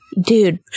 Dude